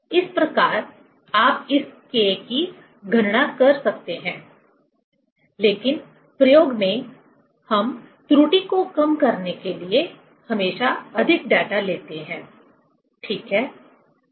इस प्रकार आप इस K की गणना कर सकते हैं लेकिन प्रयोग में हम त्रुटि को कम करने के लिए हमेशा अधिक डेटा लेते हैं ठीक है